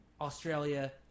Australia